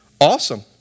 Awesome